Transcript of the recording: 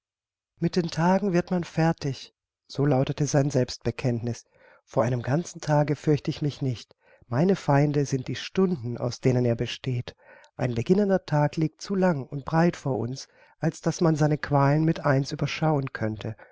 mit den tagen wird man fertig so lautete sein selbstbekenntniß vor einem ganzen tage fürcht ich mich nicht meine feinde sind die stunden aus denen er besteht ein beginnender tag liegt zu lang und breit vor uns als daß man seine qualen mit eins überschauen könnte